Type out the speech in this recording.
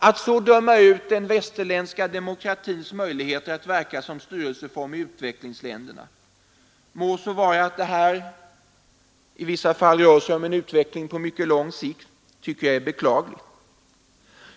Att så döma ut den västerländska demokratins möjligheter att verka som styrelseform i utvecklingsländerna — må vara att det här i vissa fall rör sig om en utveckling på lång sikt — tycker jag är beklagligt.